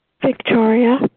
Victoria